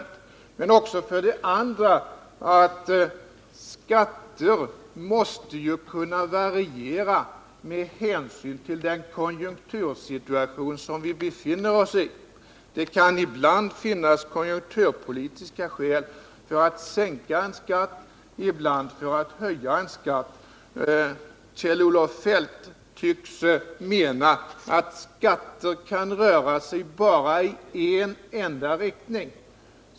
Det går också att förena med påståendet att skatter måste kunna variera med hänsyn till den konjunktursituation vi befinner oss i. Det kan ibland finnas konjunkturpolitiska skäl för att sänka en skatt, ibland för att höja en skatt. Kjell-Olof Feldt tycks mena att skatter kan röra sig bara i en enda riktning.